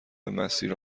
مسیر